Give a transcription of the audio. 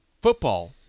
football